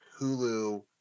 Hulu